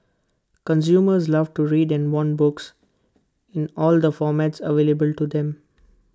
consumers love to read and want books in all the formats available to them